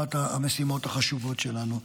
זו אחת המשימות החשובות שלנו.